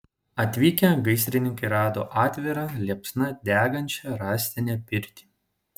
atvykę gaisrininkai rado atvira liepsna degančią rąstinę pirtį